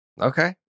Okay